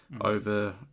over